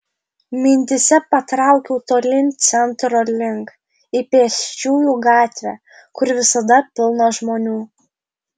mintyse patraukiau tolyn centro link į pėsčiųjų gatvę kur visada pilna žmonių